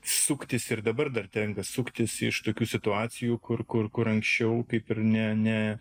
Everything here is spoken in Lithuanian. suktis ir dabar dar tenka suktis iš tokių situacijų kur kur kur anksčiau kaip ir ne ne